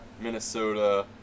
Minnesota